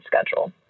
schedule